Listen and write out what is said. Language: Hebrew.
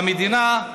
והמדינה,